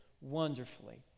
wonderfully